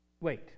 wait